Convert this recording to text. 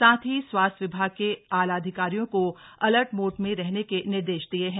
साथ ही स्वास्थ्य विभाग के आला अधिकारियों को अलर्ट मोड में रहने के निर्देश दिए हैं